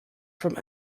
from